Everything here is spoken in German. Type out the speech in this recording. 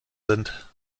sind